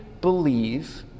believe